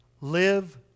live